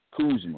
Kuzma